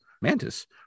Mantis